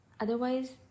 otherwise